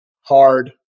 hard